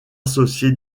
associé